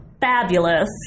fabulous